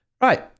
right